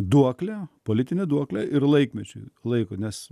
duoklė politinę duoklę ir laikmečiui laiko nes